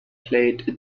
played